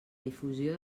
difusió